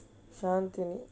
shanthini